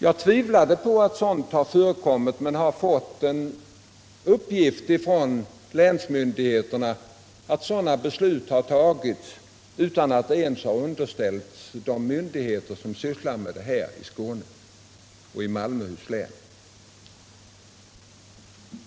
Jag tvivlade på att sådant har förekommit, men från länsmyndigheterna har jag fått en uppgift om att sådana beslut har tagits utan att ens ha underställts de myndigheter som sysslar med arbetsmarknaden i Skåne och i Malmöhus län.